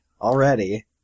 already